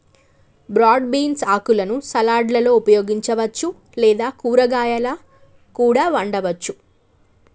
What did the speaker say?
broad beans ఆకులను సలాడ్లలో ఉపయోగించవచ్చు లేదా కూరగాయాలా కూడా వండవచ్చు